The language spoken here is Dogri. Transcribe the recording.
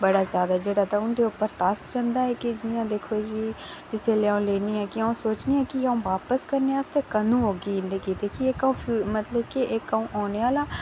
बड़ा जादा जेह्ड़ा तां उं'दे पर तरस औंदा ऐ जि'यां दिक्खो जी जिसलै अ'ऊं लैन्नी आं कि अ'ऊं सोचनी आं कि अ'ऊं बापस करने आस्तै कदूं औगी मतलब इक अ'ऊं औने आह्ला